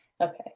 okay